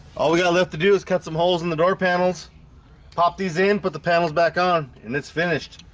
ah we got left to do is cut some holes in the door panels pop these in put the panels back on and it's finished